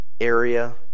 area